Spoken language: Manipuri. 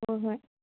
ꯍꯣꯏ ꯍꯣꯏ